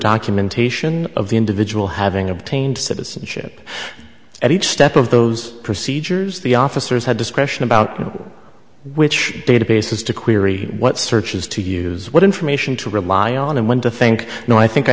documentation of the individual having obtained citizenship at each step of those procedures the officers had discretion about which databases to query what searches to use what information to rely on and when to think no i think i